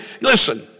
listen